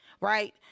right